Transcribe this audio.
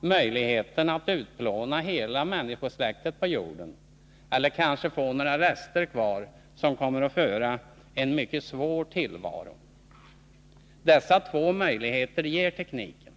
möjligheten att utplåna hela människosläktet på jorden — eller kanske blir det några rester kvar, som kommer att få en mycket svår tillvaro. Dessa två möjligheter ger tekniken.